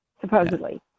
supposedly